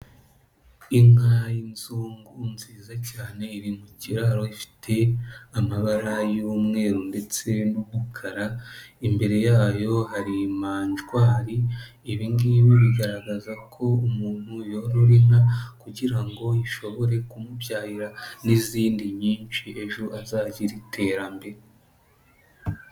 Inka y'inzungu nziza cyane iri mu kiraro ifite amabara y'umweru ndetse n'umukara, imbere yayo hari manjwari, ibi ngibi bigaragaza ko umuntu yorora inka kugira ngo ishobore kumubyarira n'izindi nyinshi ejo azagire iterambere.